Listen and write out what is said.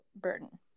burden